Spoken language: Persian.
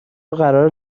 قراره